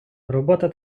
робота